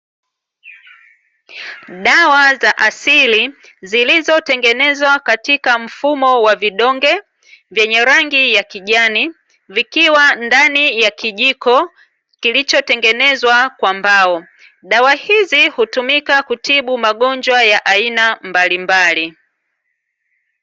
Dawa za asili zilizotengenezwa katika mfumo wa vidonge vyenye rangi ya kijani, vikiwa ndani ya kijiko kilichotengenezwa kwa mbao. Dawa hizi hutumika kutibu magonjwa ya aina mbalimbali.